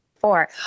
four